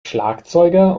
schlagzeuger